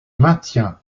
maintient